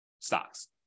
stocks